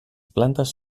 plantes